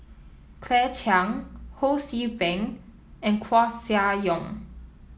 Claire Chiang Ho See Beng and Koeh Sia Yong